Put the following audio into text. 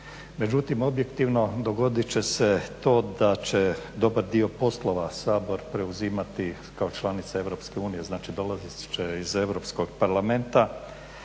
Međutim objektivno, dogodit će se to da će dobar dio poslova Sabor preuzimati kao članica Europske unije, znači dolazit će iz Europskog parlamenta